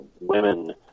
women